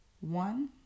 One